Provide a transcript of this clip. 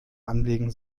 anlegen